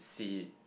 seek